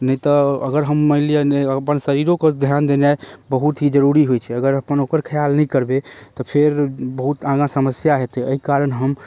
नहि तऽ अगर हम मानिलिअ अपन शरीरोके ध्यान देनाइ बहुत ही जरुरी होइ छै अगर कोनो ओकर खयाल नहि करबै तऽ फेर बहुत आगाँ समस्या हेतै अइ कारण हम